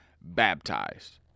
baptized